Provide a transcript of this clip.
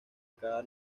cada